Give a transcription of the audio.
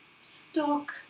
stock